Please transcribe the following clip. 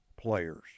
players